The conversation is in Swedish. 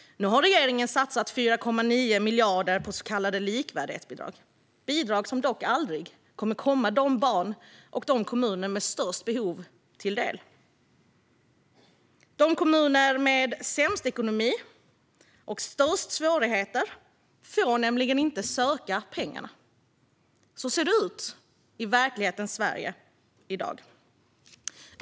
Nu har regeringen satsat 4,9 miljarder på så kallade likvärdighetsbidrag - bidrag som dock aldrig kommer att komma de barn och de kommuner med störst behov till del. De kommuner som har sämst ekonomi och störst svårigheter får nämligen inte söka pengarna. Så ser det ut i verklighetens Sverige i dag.